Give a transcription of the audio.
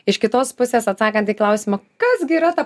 iš kitos pusės atsakant į klausimą kas gi yra ta